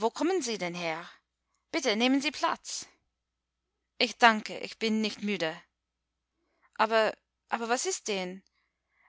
wo kommen sie denn her bitte nehmen sie platz ich danke ich bin nicht müde aber aber was ist denn